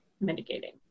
mitigating